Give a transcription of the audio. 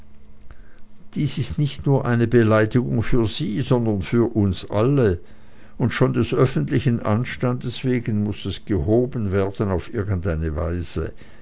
dies ist nicht nur eine beleidigung für sie sondern für uns alle und schon des öffentlichen anstandes wegen muß es gehoben werden auf irgendeine weise